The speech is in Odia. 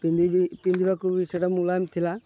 ପିନ୍ଧିବି ପିନ୍ଧିବାକୁ ବି ସେଇଟା ମୂଲାୟମ୍ ଥିଲା